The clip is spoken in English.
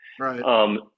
Right